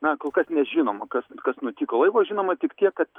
na kol kas nežinoma kas kas nutiko laivui žinoma tik tiek kad